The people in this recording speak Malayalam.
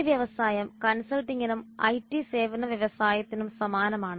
ഈ വ്യവസായം കൺസൾട്ടിംഗിനും ഐടി സേവന വ്യവസായത്തിനും സമാനമാണ്